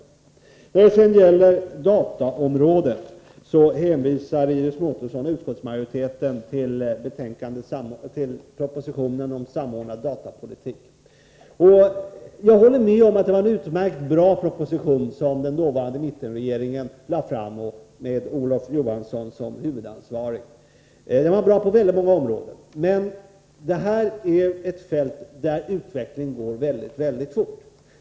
K RR ä SS Torsdagen den När det gäller dataområdet hänvisar Iris Mårtensson och utskottsmajorite 24 maj 1984 ten till propositionen om samordnad datapolitik. Jag håller med om att den proposition som den dåvarande mittenregeringen, med Olof Joharisson söm Vissa anslag till huvudansvarig i detta sammanhang, lade fram var en utmärkt proposition. grundläggande Den var bra i väldigt många Sysenden, På det här Område går utvecklingen högskoleutbildning emellertid synnerligen fort.